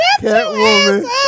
Catwoman